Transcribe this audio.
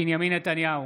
בנימין נתניהו,